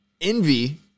envy